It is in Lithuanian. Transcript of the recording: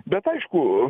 bet aišku